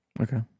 Okay